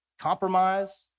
Compromise